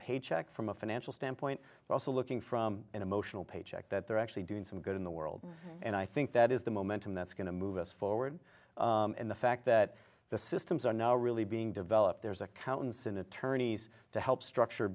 paycheck from a financial standpoint but also looking from an emotional paycheck that they're actually doing some good in the world and i think that is the momentum that's going to move us forward in the fact that the systems are now really being developed there's accountants and attorneys to help structure